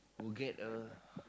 would get a